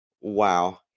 Wow